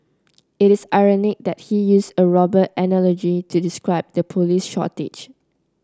it is ironic that he used a robber analogy to describe the police shortage